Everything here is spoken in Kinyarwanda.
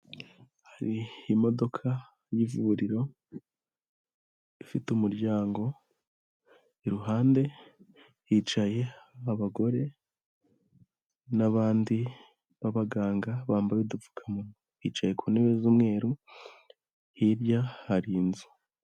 Hari imodoka y'ivuriro ifite umuryango, iruhande hicaye abagore n'abandi b'abaganga bambaye udupfukamunwa. Bicaye ku ntebe z'umweru, hirya hari inzu.